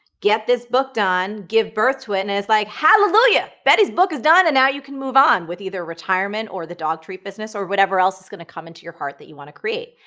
get this book done, give birth to it, and it's like, hallelujah. betty's book is done, and now you can move on with either retirement or the dog treat business or whatever else is going to come into your heart that you want to create.